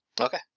Okay